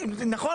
נכון.